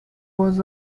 was